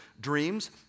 dreams